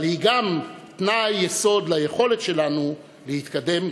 אבל היא גם תנאי יסוד ליכולת שלנו להתקדם.